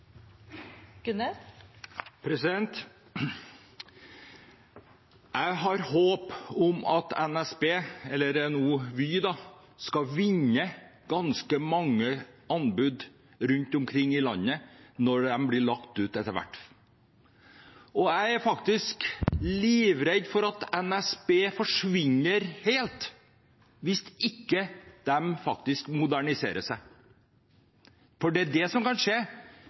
Jeg har et håp om at NSB, eller nå Vy, skal vinne ganske mange anbud rundt omkring i landet når de etter hvert blir lagt ut. Og jeg er livredd for at NSB forsvinner helt hvis de ikke moderniserer seg, for det er det som kan skje.